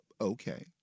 Okay